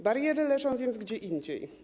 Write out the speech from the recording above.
Bariery leżą więc gdzie indziej.